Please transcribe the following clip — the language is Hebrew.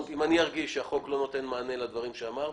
אם אני ארגיש שהחוק לא נותן מענה לדברים שאמרתי,